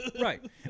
Right